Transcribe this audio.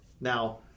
Now